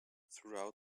throughout